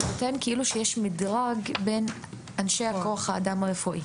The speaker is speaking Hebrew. זה נותן כאילו שיש מדרג בין אנשי כוח האדם הרפואי.